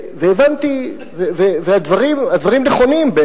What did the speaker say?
והדברים נכונים.